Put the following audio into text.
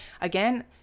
again